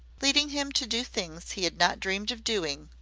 leading him to do things he had not dreamed of doing,